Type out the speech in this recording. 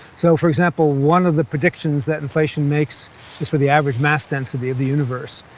so, for example, one of the predictions that inflation makes is for the average mass density of the universe,